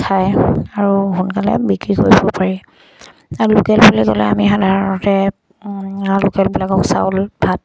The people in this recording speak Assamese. খাই আৰু সোনকালে বিক্ৰী কৰিব পাৰি লোকেল বুলি ক'লে আমি সাধাৰণতে লোকেলবিলাকক চাউল ভাত